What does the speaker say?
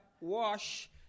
wash